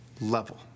level